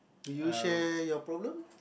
do you share your problem